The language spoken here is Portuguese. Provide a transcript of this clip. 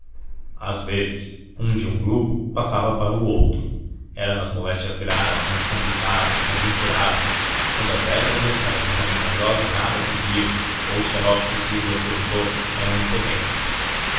às vezes um de um grupo passava para o outro era nas moléstias graves nas complicadas nas incuráveis quando as ervas e as rezas da milagrosa nada podiam ou os xaropes e pílulas do doutor eram impotentes